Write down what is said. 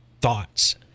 thoughts